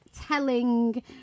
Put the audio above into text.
telling